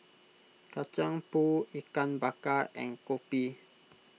Kacang Pool Ikan Bakar and Kopi